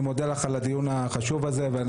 אני מודה לך על הדיון החשוב הזה ואני